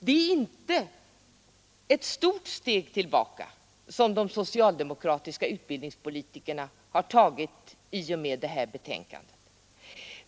Det är inte ett stort steg tillbaka som de socialdemokratiska utbildningspolitikerna tagit i och med detta betänkande.